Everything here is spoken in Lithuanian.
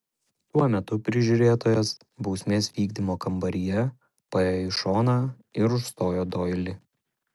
tuo metu prižiūrėtojas bausmės vykdymo kambaryje paėjo į šoną ir užstojo doilį